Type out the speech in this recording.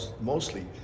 mostly